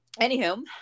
anywho